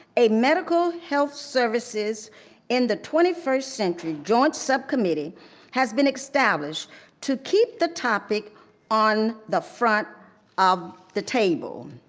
a medical health services in the twenty first century joint subcommittee has been established to keep the topic on the front of the table.